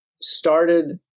started